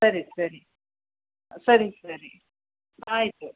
ಸರಿ ಸರಿ ಸರಿ ಸರಿ ಆಯಿತು